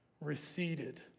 receded